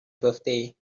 birthday